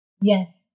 Yes